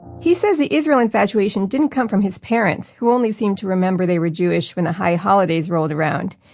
he says the israel infatuation didn't come from his parents, who only seemed to remember they were jewish when the high holidays rolled around.